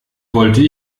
wollte